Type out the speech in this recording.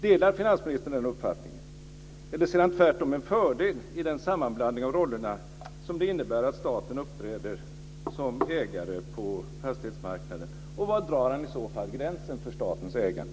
Delar finansministern den uppfattningen eller ser han tvärtom en fördel i den sammanblandning av rollerna som det innebär att staten uppträder som ägare på fastighetsmarknaden? Var drar han i så fall gränsen för statens ägande?